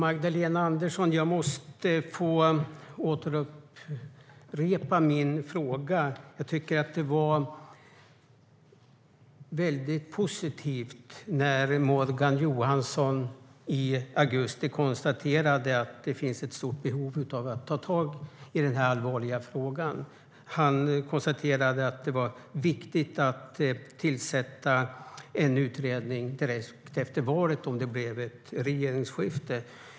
Herr talman! Jag måste få upprepa min fråga till Magdalena Andersson. Det var positivt när Morgan Johansson i augusti konstaterade att det fanns ett stort behov av att ta tag i denna allvarliga fråga. Han sa att det var viktigt att tillsätta en utredning direkt efter valet om det blev ett regeringsskifte.